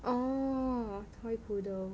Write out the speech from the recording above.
oo toy poodle